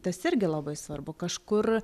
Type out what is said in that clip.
tas irgi labai svarbu kažkur